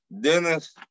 Dennis